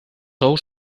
ous